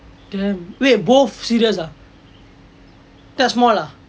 damn what both serious ah that small ah